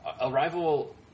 Arrival